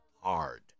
hard